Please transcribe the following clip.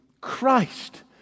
Christ